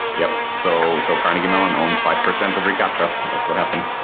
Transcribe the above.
yeah, so so carnegie mellon own five percent of recaptcha. that's what happened.